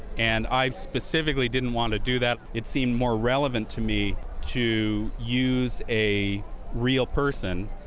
and i specifically didn't want to do that. it seemed more relevant to me to use a real person,